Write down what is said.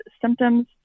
symptoms